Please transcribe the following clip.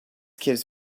gives